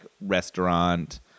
restaurant